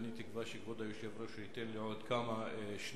ואני תקווה שכבוד היושב-ראש ייתן לי עוד כמה שניות.